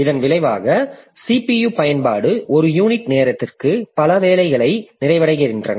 இதன் விளைவாக CPU பயன்பாடு ஒரு யூனிட் நேரத்திற்கு பல வேலைகள் நிறைவடைகின்றன